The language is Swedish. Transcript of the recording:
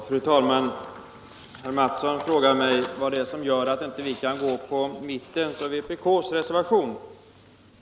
Fru talman! Herr Mattsson i Skee frågade mig vad det är som gör att vi inte kan ansluta oss till mittens och vpk:s reservation.